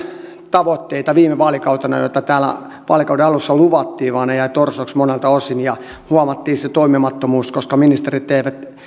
tavoitteita viime vaalikautena joita täällä vaalikauden alussa luvattiin vaan ne jäivät torsoiksi monelta osin ja huomattiin se toimimattomuus koska ministerit eivät